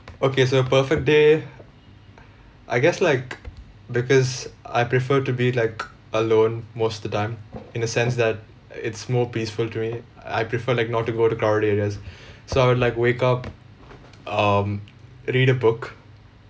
okay so perfect day I guess like because I prefer to be like alone most of the time in a sense that it's more peaceful to me I prefer like not to go to crowded areas so I would like wake up um read a book